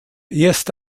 erste